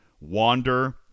wander